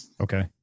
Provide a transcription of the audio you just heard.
Okay